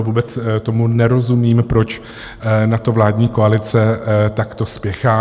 Vůbec tomu nerozumím, proč na to vládní koalice takto spěchá.